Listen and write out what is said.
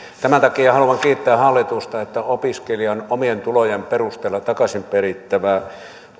tämän takia haluan kiittää hallitusta että opiskelijan omien tulojen perusteella takaisinperittävä